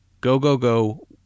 go-go-go